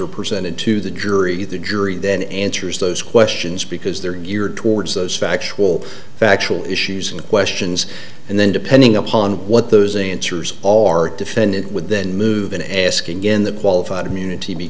are presented to the jury the jury then answers those questions because they're geared towards those factual factual issues and questions and then depending upon what those answers all are defendant would then move in and ask again the quality immunity be